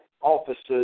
offices